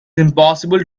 impossible